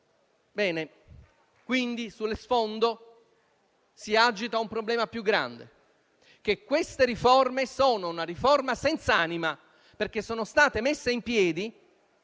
Quindi sullo sfondo si agita un problema più grande: queste riforme sono senza anima, perché sono state messe in piedi